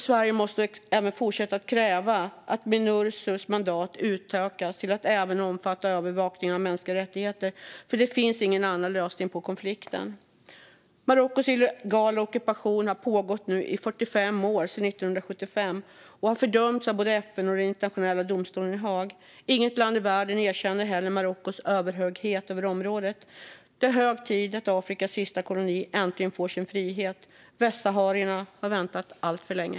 Sverige måste också fortsätta kräva att Minursos mandat utökas till att även omfatta övervakning av mänskliga rättigheter. Det finns ingen annan lösning på konflikten. Marockos illegala ockupation har pågått i 45 år, sedan 1975, och har fördömts av både FN och den internationella domstolen i Haag. Inget land i världen erkänner heller Marockos överhöghet över området. Det är hög tid att Afrikas sista koloni äntligen får sin frihet. Västsaharierna har väntat alltför länge.